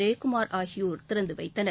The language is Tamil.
ஜெயக்குமார் ஆகியோர் திறந்து வைத்தனர்